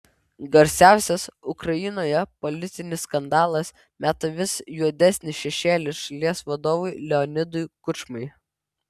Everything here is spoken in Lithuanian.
garsiausias ukrainoje politinis skandalas meta vis juodesnį šešėlį šalies vadovui leonidui kučmai